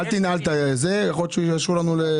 הישיבה נעולה.